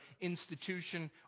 institution